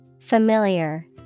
Familiar